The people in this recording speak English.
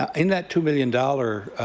um in that two million dollars